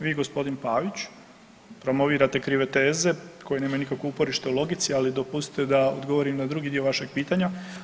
Vi i gospodin Pavić promovirate krive teze koje nemaju nikakvo uporište u logici, ali dopustite da odgovorim na drugi dio vašeg pitanja.